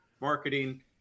marketing